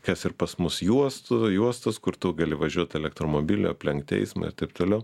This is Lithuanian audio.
kas ir pas mus juostų juostos kur tu gali važiuot elektromobiliu aplenkti eismą ir taip toliau